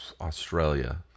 Australia